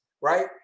right